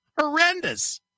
Horrendous